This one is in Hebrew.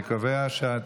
אני קובע,